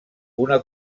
una